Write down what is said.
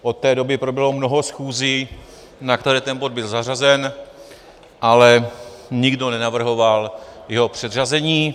Od té doby proběhlo mnoho schůzí, na které ten bod byl zařazen, ale nikdo nenavrhoval jeho předřazení.